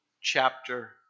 chapter